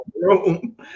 room